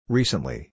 Recently